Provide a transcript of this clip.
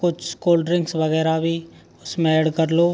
कुछ cold drinks वगैरा भी उसमें ऐड कर लो